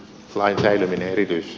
laita irvine yritti